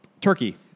Turkey